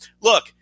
look